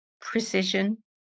precision